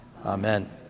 Amen